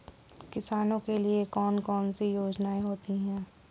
किसानों के लिए कौन कौन सी योजनायें होती हैं?